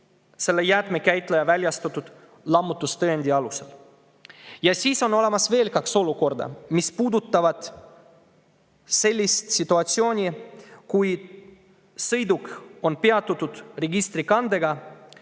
jäätmekäitleja väljastatud lammutustõendi alusel. Ja siis on veel kaks [varianti], mis puudutavad sellist situatsiooni, kus sõiduk on peatatud registrikandega